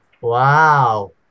Wow